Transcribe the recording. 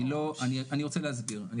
אני רוצה להסביר, אני